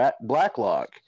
Blacklock